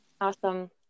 Awesome